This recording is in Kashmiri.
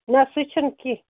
نہَ سُہ چھُنہٕ کیٚنٛہہ